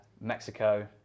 Mexico